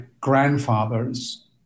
grandfather's